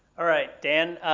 all right, dan,